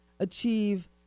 achieve